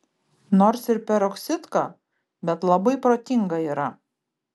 nors ir peroksidka bet labai protinga yra